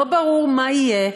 לא ברור מה יהיה.